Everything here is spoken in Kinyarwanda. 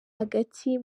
hagati